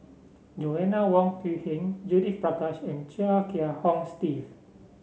Joanna Wong Quee Heng Judith Prakash and Chia Kiah Hong Steve